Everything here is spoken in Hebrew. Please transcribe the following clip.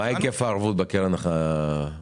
מה היקף ההלוואות בקרן הישנה?